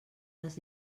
les